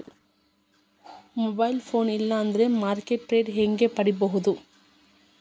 Mobile phone ಇಲ್ಲಾ ಅಂದ್ರ market rate ಹೆಂಗ್ ಪಡಿಬೋದು?